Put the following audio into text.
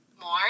more